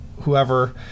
whoever